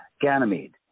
Ganymede